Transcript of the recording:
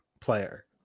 player